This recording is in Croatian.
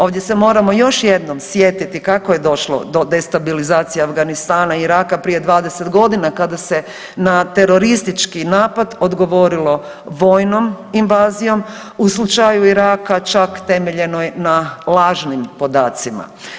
Ovdje se moramo još jednom sjetiti kako je došlo do destabilizacije Afganistana i Iraka prije 20 godina kada se na teroristički napad odgovorilo vojnom invazijom u slučaju Iraka čak temeljenoj na lažnim podacima.